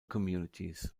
communities